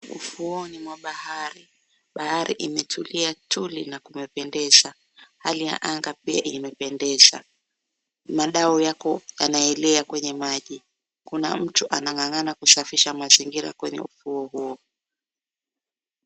Ufuoni mwa bahari. Bahari imetulia tuli na kumependeza. Hali ya anga pia imependeza. Madao yako yanaelea kwenye maji. Kuna mtu anangangana kusafisha mazingira kwenye ufuo huo.